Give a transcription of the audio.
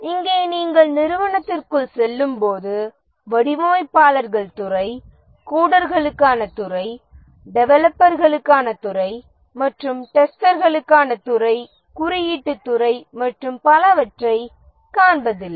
இங்கே நீங்கள் நிறுவனத்திற்குள் செல்லும்போது வடிவமைப்பாளர்கள் துறை கோடர்களுக்கான துறை டெஸ்டர்களுக்கான துறை மற்றும் பல டெஸ்டர்களுக்கானத் துறை குறியீட்டுத் துறை மற்றும் பலவற்றைக் காண்பதில்லை